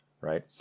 right